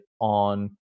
on